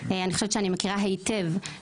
למדה באוניברסיטת בר-אילן,